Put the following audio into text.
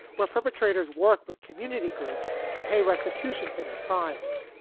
where perpetrators work with community groups to pay restitution for their crimes.